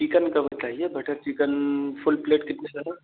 chicken का बताइए butter chicken full plate कितने का है